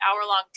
hour-long